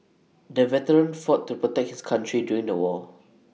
the veteran fought to protect his country during the war